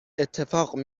اتفاق